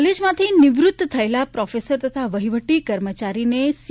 કોલેજમાંથી નિવ્ત્ત થયેલા પ્રોફેસર તથા વહીવટી કર્મચારીને સી